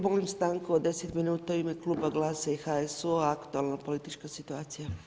Molim stanku od 10 minuta u ime Kluba GLAS-a i HSU-a, aktualna politička situacija.